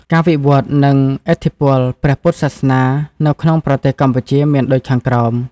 ការវិវឌ្ឍន៍ និងឥទ្ធិពលព្រះពុទ្ធសាសនានៅក្នុងប្រទេសកម្ពុជាមានដូចខាងក្រោម។